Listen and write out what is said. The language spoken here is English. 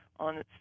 On